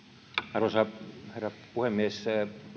arvoisa herra puhemies